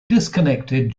disconnected